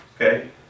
Okay